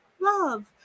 love